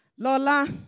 Lola